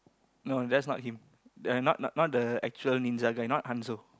no that's not him the not not the actual ninja guy not Hanzo